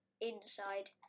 inside